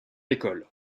école